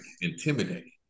intimidating